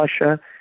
Russia